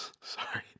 sorry